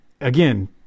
again